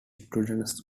students